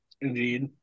Indeed